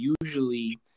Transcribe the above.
usually